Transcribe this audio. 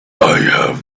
have